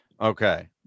okay